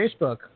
Facebook